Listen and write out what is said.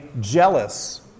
jealous